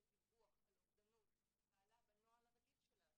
דיווח על אובדנות פעלה בנוהל הרגיל שלה,